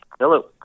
Hello